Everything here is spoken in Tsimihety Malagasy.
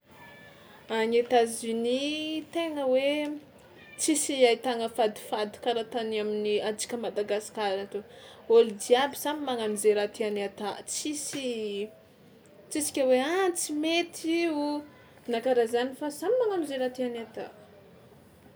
Any États-Unis tena hoe tsisy ahitagna fadifady karaha tany amin'ny antsika à Madagasikara atô, ôlo jiaby samy magnano zay raha tiany ata, tsisy tsisy ke hoe: aaa tsy mety io o na karaha zany fa samy magnano zay raha tiany hata.